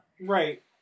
Right